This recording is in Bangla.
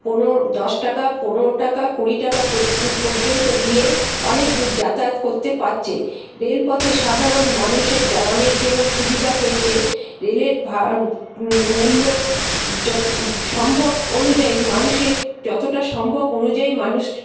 পনেরো দশ টাকা পনেরো টাকা কুড়ি টাকা পর্য্যন্ত দিয়ে অনেক দূর যাতায়াত করতে পারছে রেলপথে সাধারণ মানুষের অনেক যেমন সুবিধা হয়েছে রেলের ভাড়া মূল্য যত সম্ভব অনুযায়ী মানুষের যতটা সম্ভব অনুযায়ী মানুষ